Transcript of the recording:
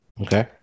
Okay